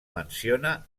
menciona